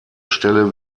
stelle